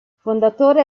fondatore